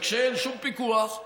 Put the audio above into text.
וכשאין שום פיקוח,